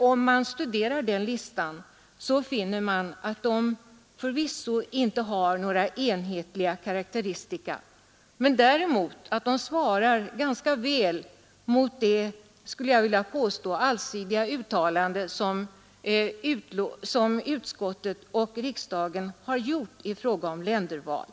Om man studerar den listan finner man att länderna förvisso inte har några enhetliga karakteristika men däremot ganska väl svarar mot det, skulle jag vilja påstå, allsidiga uttalande som utskottet och riksdagen har gjort i fråga om länderval.